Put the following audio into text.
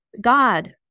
God